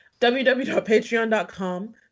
www.patreon.com